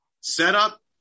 setup